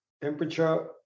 temperature